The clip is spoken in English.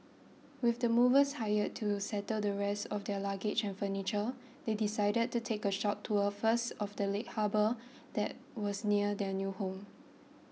with the movers hired to settle the rest of their luggage and furniture they decided to take a short tour first of the late harbour that was near their new home